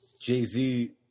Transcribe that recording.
Jay-Z